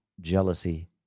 jealousy